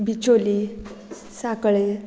Bicholim Sankhali